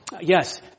yes